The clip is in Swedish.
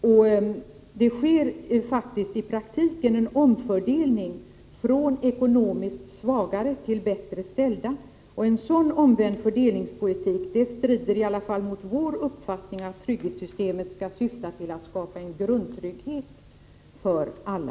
I praktiken sker det faktiskt en omfördelning från ekonomiskt svagare till bättre ställda, och en sådan omvänd fördelningspolitik strider i varje fall mot vår uppfattning att trygghetssystemet skall syfta till att skapa en grundtrygghet för alla.